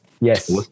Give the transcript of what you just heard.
Yes